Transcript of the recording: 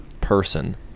person